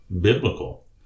biblical